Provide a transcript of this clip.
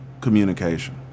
communication